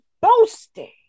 boasting